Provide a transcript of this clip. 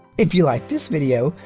if you like this video,